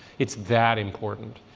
it's that important.